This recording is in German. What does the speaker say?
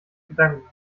gedankengut